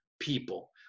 people